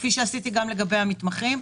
כפי שעשיתי גם לגבי המתמחים.